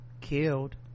killed